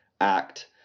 act